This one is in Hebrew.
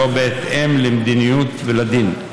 שלא בהתאם למדיניות ולדין.